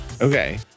Okay